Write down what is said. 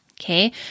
Okay